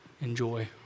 enjoy